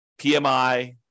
PMI